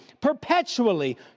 perpetually